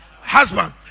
husband